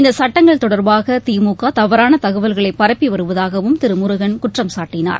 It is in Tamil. இந்த சுட்டங்கள் தொடர்பாக திமுக தவறான தகவல்களை பரப்பி வருவதாகவும் திரு முருகன் குற்றஞ்சாட்டினார்